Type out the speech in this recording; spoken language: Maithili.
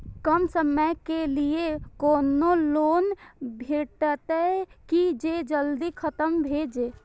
कम समय के लीये कोनो लोन भेटतै की जे जल्दी खत्म भे जे?